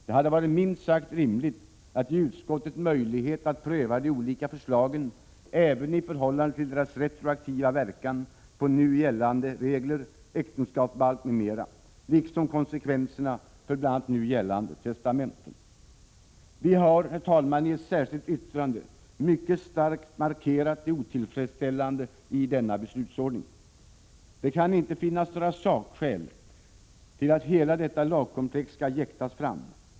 Det hade varit minst sagt rimligt att ge utskottet möjlighet att pröva de olika förslagen även i förhållande till deras retroaktiva verkan på nu gällande regler, äktenskapsbalk m.m. liksom konsekvenserna för bl.a. nu gällande testamenten. Vi har i ett särskilt yttrande mycket starkt markerat det otillfredsställande i denna beslutsordning. Det kan inte finnas några sakskäl till att hela detta lagkomplex skall jäktas fram.